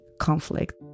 conflict